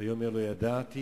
ויאמר לא ידעתי